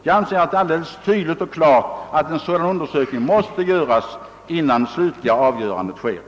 Jag anser att det är alldeles tydligt att en sådan undersökning måste göras innan det slutliga avgörandet fattas.